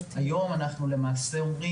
למעשה, היום אנחנו אומרים: